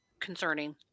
concerning